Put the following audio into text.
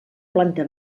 planta